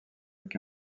avec